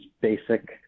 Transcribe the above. basic